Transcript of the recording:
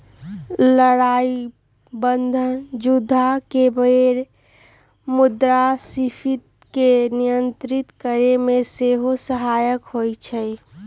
लड़ाइ बन्धन जुद्ध के बेर मुद्रास्फीति के नियंत्रित करेमे सेहो सहायक होइ छइ